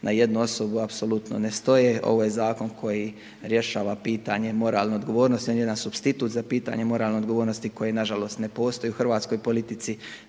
na jednu osobu apsolutno ne stoje. Ovo je zakon koji rješava pitanje moralne odgovornosti. On je jedan supstitut za pitanje moralne odgovornosti koji na žalost ne postoji u hrvatskoj politici.